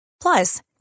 Plus